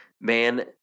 man